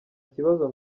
kibazo